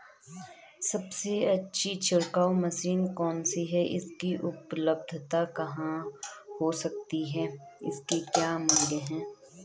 सबसे अच्छी छिड़काव मशीन कौन सी है इसकी उपलधता कहाँ हो सकती है इसके क्या मूल्य हैं?